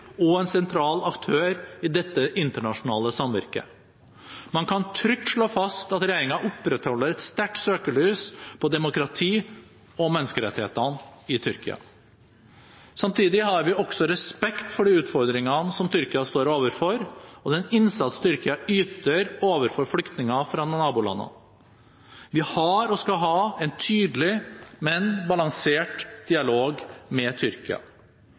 er en tydelig og sentral aktør i dette internasjonale samvirket. Man kan trygt slå fast at regjeringen opprettholder et sterkt søkelys på demokrati og menneskerettighetene i Tyrkia. Samtidig har vi respekt for de utfordringene som Tyrkia står overfor, og den innsats Tyrkia yter overfor flyktninger fra nabolandene. Vi har og skal ha en tydelig, men balansert dialog med Tyrkia.